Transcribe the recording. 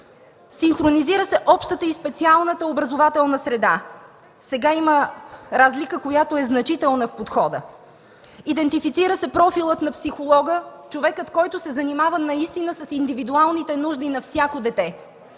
Синхронизира се общата и специалната образователна среда. Сега има разлика в подхода, която е значителна. Идентифицира се профилът на психолога – човекът, който се занимава наистина с индивидуалните нужди на всяко дете.